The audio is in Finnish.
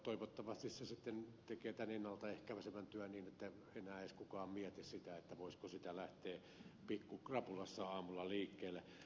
toivottavasti se sitten tekee tämän ennalta ehkäisevän työn niin että enää ei edes kukaan mieti sitä voisiko sitä lähteä pikkukrapulassa aamulla liikkeelle